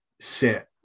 sit